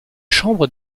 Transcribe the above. chambre